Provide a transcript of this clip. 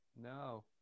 no